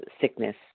sickness